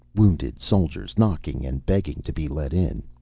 wounded soldiers, knocking and begging to be let in.